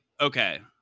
okay